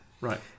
Right